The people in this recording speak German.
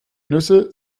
nüsse